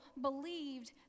believed